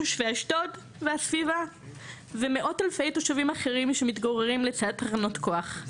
תושבי אשדוד והסביבה ומאות אלפי תושבים אחרים שמתגוררים לצד תחנות כוח.